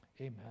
Amen